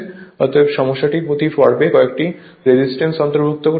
অতএব সমস্যাটিতে প্রতি পর্বে কয়েকটি রেজিস্ট্যান্স অন্তর্ভুক্ত করতে হবে